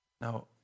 Now